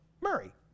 Murray